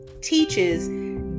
teaches